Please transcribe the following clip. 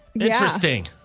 interesting